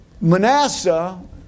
Manasseh